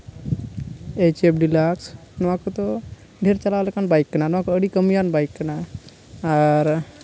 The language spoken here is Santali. ᱮᱭᱤᱪ ᱮᱯᱷ ᱰᱤᱞᱟᱠᱥ ᱱᱚᱣᱟ ᱠᱚᱫᱚ ᱰᱷᱮᱹᱨ ᱪᱟᱞᱟᱜ ᱞᱮᱠᱟᱱ ᱵᱟᱭᱤᱠ ᱠᱟᱱᱟ ᱱᱚᱣᱟ ᱠᱚ ᱟᱹᱰᱤ ᱠᱟᱹᱢᱤᱭᱟᱱ ᱵᱟᱭᱤᱠ ᱠᱟᱱᱟ ᱟᱨ